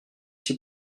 six